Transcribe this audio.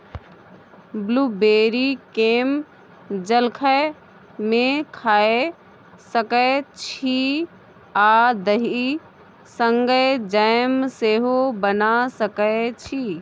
blueberry केँ जलखै मे खाए सकै छी आ दही संगै जैम सेहो बना सकै छी